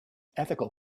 ethical